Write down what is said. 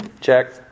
Check